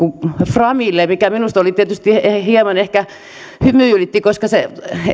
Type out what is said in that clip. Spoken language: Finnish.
framille mikä minua tietysti hieman ehkä hymyilytti koska se